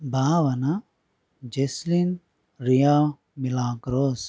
భావన జస్లీన్ రియా మిలాక్ రోస్